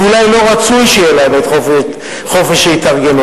ואולי לא רצוי שיהיה להם חופש התארגנות,